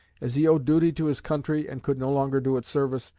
as he owed duty to his country, and could no longer do it service,